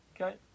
okay